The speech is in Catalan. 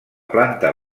planta